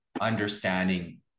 understanding